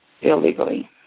Illegally